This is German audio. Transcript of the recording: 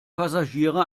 passagiere